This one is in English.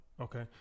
Okay